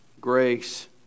grace